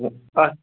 آ